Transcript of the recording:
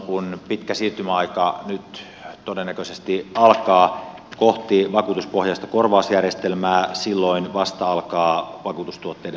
kun pitkä siirtymäaika nyt todennäköisesti alkaa kohti vakuutuspohjaista korvausjärjestelmää silloin vasta alkaa vakuutustuotteiden suunnittelu